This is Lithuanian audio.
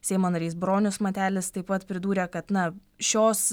seimo narys bronius matelis taip pat pridūrė kad na šios